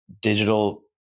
digital